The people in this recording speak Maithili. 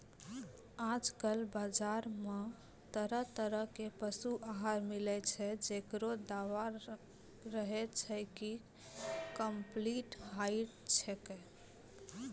आजकल बाजार मॅ तरह तरह के पशु आहार मिलै छै, जेकरो दावा रहै छै कि कम्पलीट डाइट छेकै